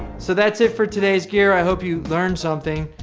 so that's it for today's gear i hope you learned something.